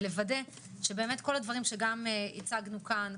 לוודא שבאמת כל הדברים שגם הצגנו כאן,